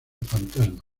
fantasma